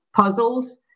puzzles